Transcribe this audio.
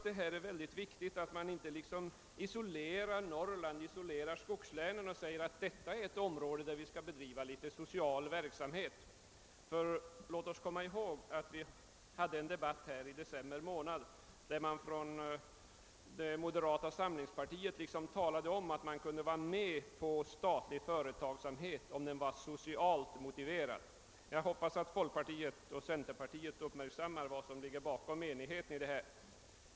Det är nog mycket viktigt att man inte isolerar skogslänen och säger att detta är ett område där det skall bedrivas litet social verksamhet. Låt oss komma ihåg att vi hade en debatt här i riksdagen i december, varvid moderata samlingspartiet talade om att det kunde gå med på statlig företagsamhet endast om den var socialt motiverad. Jag hoppas att folkpartiet och centerpartiet uppmärksammar vad som ligger bakom enigheten på detta område.